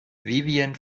vivien